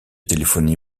téléphonie